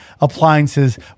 appliances